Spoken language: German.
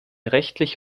rechtlich